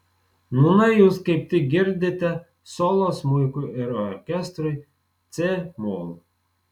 nūnai jūs kaip tik girdite solo smuikui ir orkestrui c mol